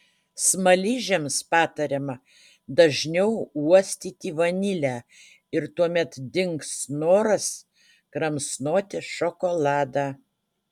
smaližiams patariama dažniau uostyti vanilę ir tuomet dings noras kramsnoti šokoladą